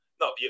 no